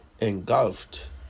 engulfed